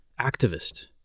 activist